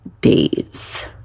days